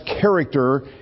character